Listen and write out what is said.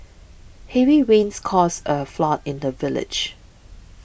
heavy rains caused a flood in the village